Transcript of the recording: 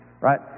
right